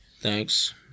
Thanks